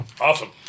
Awesome